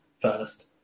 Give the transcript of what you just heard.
first